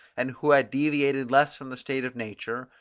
and who had deviated less from the state of nature,